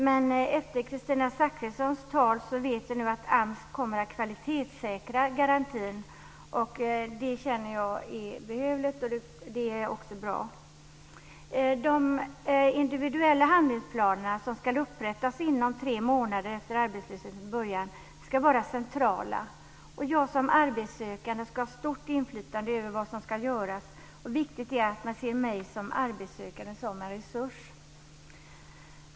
Men efter Kristina Zakrissons inlägg här vet vi att AMS kommer att kvalitetssäkra garantin, vilket är behövligt och också bra. De individuella handlingsplaner som ska upprättas inom tre månader efter arbetslöshetens början ska vara centrala. Jag som arbetssökande ska ha stort inflytande över vad som ska göras. Viktigt är att man ser mig som arbetssökande som en resurs.